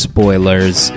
Spoilers